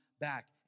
back